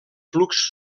flux